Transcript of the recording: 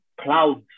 cloud